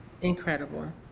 incredible